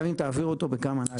גם אם תעביר אותו בכמה נגלות.